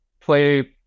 play